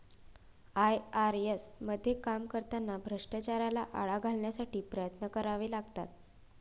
IRS मध्ये काम करताना भ्रष्टाचाराला आळा घालण्यासाठी प्रयत्न करावे लागतात